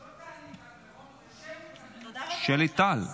לא טלי, שלי טל.